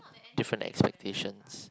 different expectations